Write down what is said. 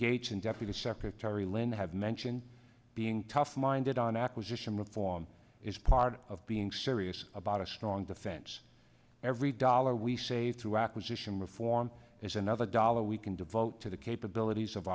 gates and deputy secretary len have mentioned being tough minded on acquisition reform is part of being serious about a strong defense every dollar we save through acquisition reform is another dollar we can devote to the capabilities of